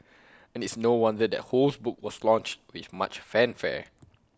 and it's no wonder that Ho's book was launched with much fanfare